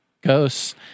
ghosts